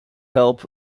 help